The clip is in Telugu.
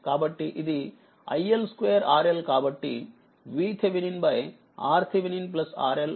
కాబట్టి ఇదిiL2 RL కాబట్టి VThRThRL2RL